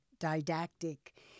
didactic